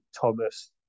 Thomas